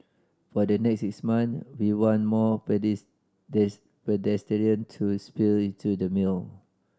for the next six months we want more pedestrian to spill into the meal